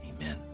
amen